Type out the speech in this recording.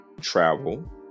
travel